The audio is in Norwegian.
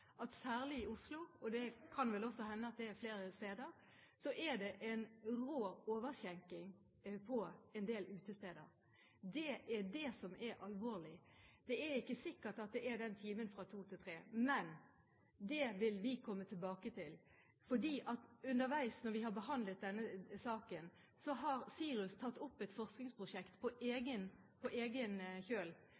at det er helt åpenbart at særlig i Oslo – det kan vel også hende at det er flere steder – er det en rå overskjenking på en del utesteder. Det er det som er alvorlig. Det er ikke sikkert at det er den timen fra kl. 02 til kl. 03. Men det vil vi komme tilbake til, for underveis, mens vi har behandlet denne saken, har SIRUS tatt opp et forskningsprosjekt på